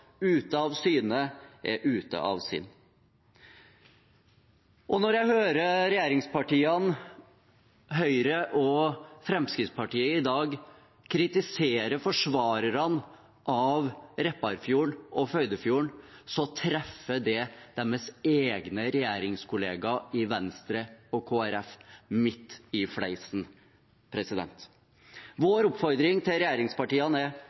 ute av syne er ute av sinn. Når jeg hører regjeringspartiene Høyre og Fremskrittspartiet i dag kritisere forsvarerne av Repparfjorden og Førdefjorden, treffer det deres egne regjeringskolleger i Venstre og Kristelig Folkeparti midt i fleisen. Vår oppfordring til regjeringspartiene er: